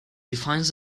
defines